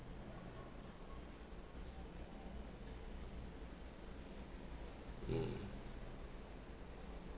mm